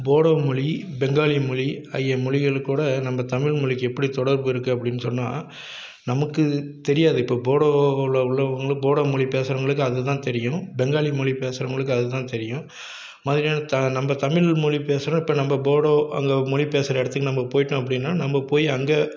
போடோ மொ பெங்காலி மொழி ஆகிய மொழிகள் கூட நம்ப தமிழ்மொழிக்கு எப்படி தொடர்பு இருக்குது அப்படின் சொன்னால் நமக்கு தெரியாது இப்போ போடோவில் உள்ளவர்களுக்கு போடோ மொழி பேசறவங்களுக்கு அது தான் தெரியும் பெங்காலி மொழி பேசறவங்களுக்கு அது தான் தெரியும் மாதிரியான நம்ம தமிழ் மொழி பேசுகிறோம் இப்போ நம்ப போடோ அந்த மொழி பேசற இடத்துக்கு நம்ம போய்ட்டோம் அப்படினால் நம்ப போய் அங்கே